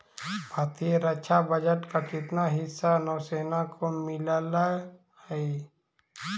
भारतीय रक्षा बजट का कितना हिस्सा नौसेना को मिलअ हई